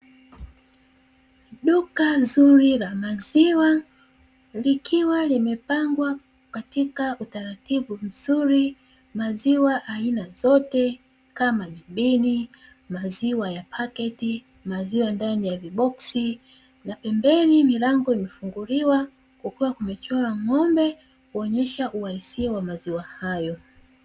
Duka zuri la maziwa likiwa limepangwa katika utaratibu mzuri, maziwa aina zote kama jibini, maziwa ya paketi, maziwa ndani ya viboksi, na pembeni milango imefunguliwa kukiwa kumechorwa ng’ombe kuonyesha uhalisia wa maziwa hayo.